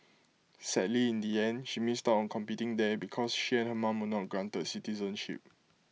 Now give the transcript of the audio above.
sadly in the end she missed out on competing there because she and her mom were not granted citizenship